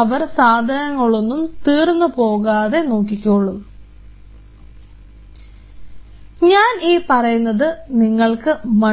അവർ സാധനങ്ങളൊന്നും തീർന്നു പോകാതെ നോക്കിക്കോളും വെളിച്ചവും